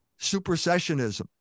supersessionism